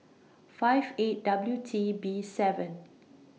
five eight W T B seven